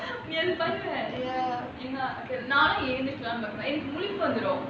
நான் எந்திரிக்காம இருப்பேன் எனக்கு முழிப்பு வந்துடும்:naan enthirikama irupaen enaku muzhipu vandhudum